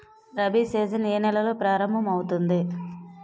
Rabi season ఏ నెలలో ప్రారంభమౌతుంది?